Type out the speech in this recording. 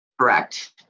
Correct